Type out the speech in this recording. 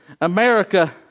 America